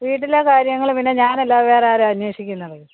വീട്ടിലെ കാര്യങ്ങൾ പിന്നെ ഞാനല്ലാതെ വേറെ ആരാ അന്നേഷിക്കുന്നത്